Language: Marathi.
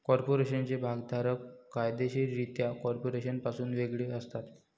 कॉर्पोरेशनचे भागधारक कायदेशीररित्या कॉर्पोरेशनपासून वेगळे असतात